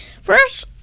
First